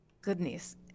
Goodness